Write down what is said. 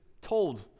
told